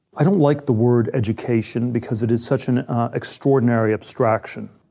i don't like the word education because it is such an extraordinary abstraction.